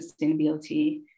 sustainability